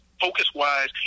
focus-wise